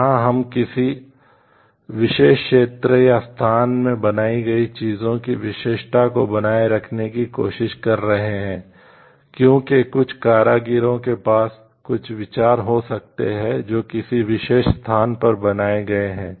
यहां हम किसी विशेष क्षेत्र या स्थान में बनाई गई चीजों की विशिष्टता को बनाए रखने की कोशिश कर रहे हैं क्योंकि कुछ कारीगरों के पास कुछ विचार हो सकते हैं जो किसी विशेष स्थान पर बनाए गए हैं